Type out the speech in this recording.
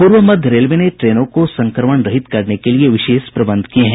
पूर्व मध्य रेलवे ने ट्रेनों को संक्रमण रहित करने के लिये विशेष प्रबंध किये हैं